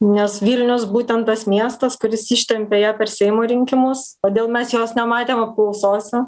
nes vilnius būtent tas miestas kuris ištempia ją per seimo rinkimus todėl mes jos nematėm apklausose